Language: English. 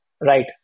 Right